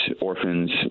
orphans